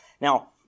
Now